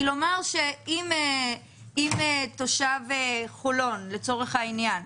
אם תושב חולון, לצורך העניין,